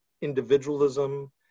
individualism